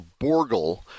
Borgel